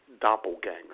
doppelganger